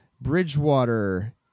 Bridgewater